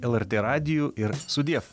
lrt radiju ir sudiev